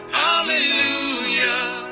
hallelujah